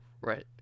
right